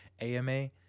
AMA